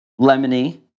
lemony